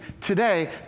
today